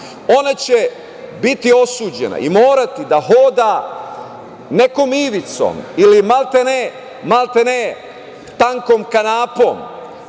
ona će biti osuđena i morati da hoda nekom ivicom ili maltene tankom kanapom